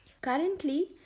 Currently